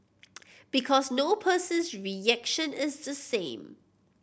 because no person's reaction is the same